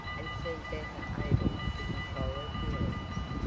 and seemed better able to control her feelings.